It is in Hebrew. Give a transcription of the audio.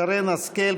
חברת הכנסת שרן השכל,